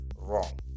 wrong